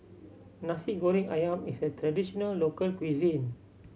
Nasi Goreng Ayam is a traditional local cuisine